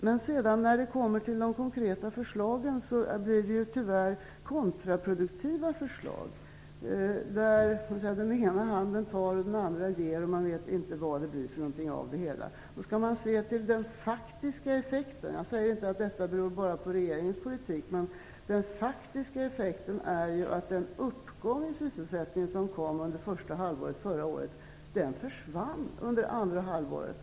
Men när det sedan kommer till de konkreta förslagen, är de tyvärr kontraproduktiva, där den ena handen tar och den andra ger och man vet inte vad det blir av det hela. Om man ser till den faktiska effekten - jag säger inte att detta bara beror på regeringens politik - visar det sig att den uppgång i sysselsättningen som kom under första halvåret i fjol försvann under andra halvåret.